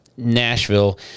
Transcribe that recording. Nashville